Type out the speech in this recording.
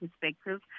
perspective